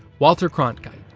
walter cronkite,